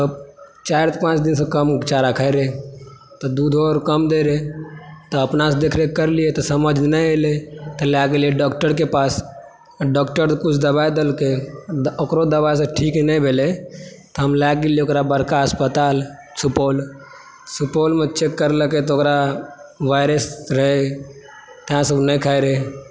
तऽ चारि पाँच दिन सऽ कम ओ चारा खायत रहै तऽ दूधो कम दैत रहै तऽ अपना सँ देखरेख करलियै तऽ समझ नहि एलैह तऽ लय गेलिए डॉक्टर के पास डॉक्टर किछु दवाई देलकै ओकरो दवाई सऽ ठीक नहि भेलै तऽ हम लयऽ गेलिए ओकरा बड़का अस्पताल सुपौल सुपौल मे चेक करलकै तऽ ओकरा वायरस रहे ताहि सऽ ओ नहि खाइ रहै